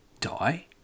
die